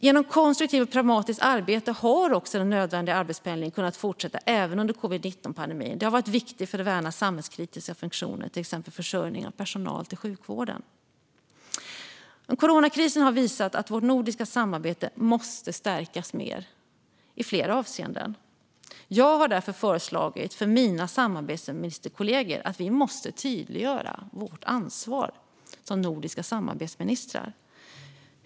Genom konstruktivt och pragmatiskt arbete har den nödvändiga arbetspendlingen kunnat fortsätta även under covid-19-pandemin. Det har varit viktigt för att värna samhällskritiska funktioner, till exempel försörjning av personal till sjukvården. Men coronakrisen har visat att vårt nordiska samarbete måste stärkas mer i flera avseenden. Jag har därför föreslagit för mina samarbetsministerkollegor att vi ska tydliggöra vårt ansvar som nordiska samarbetsministrar.